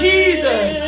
Jesus